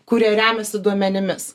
kurie remiasi duomenimis